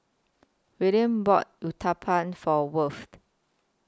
Willian bought Uthapam For Worth